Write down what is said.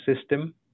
system